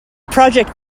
project